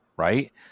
right